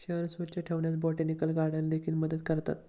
शहर स्वच्छ ठेवण्यास बोटॅनिकल गार्डन देखील मदत करतात